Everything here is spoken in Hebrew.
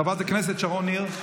חברת הכנסת שרון ניר,